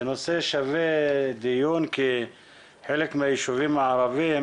זה נושא שווה דיון כי חלק מהיישובים הערבים